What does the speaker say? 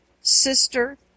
sister